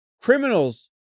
Criminals